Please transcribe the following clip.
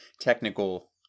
technical